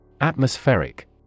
Atmospheric